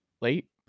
late